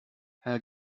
herr